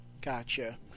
Gotcha